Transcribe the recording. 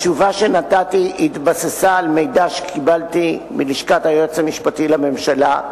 התשובה שנתתי התבססה על מידע שקיבלתי מלשכת היועץ המשפטי לממשלה,